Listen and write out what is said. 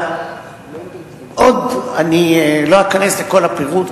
לא אכנס לכל הפירוט,